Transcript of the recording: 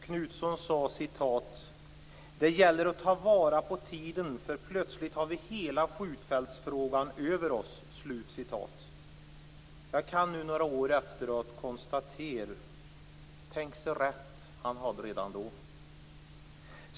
Knutson sade: "Det gäller att ta vara på tiden, för plötsligt har vi hela skjutfältsfrågan över oss." Jag kan nu några år efteråt konstatera: Tänk så rätt han hade redan då.